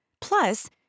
Plus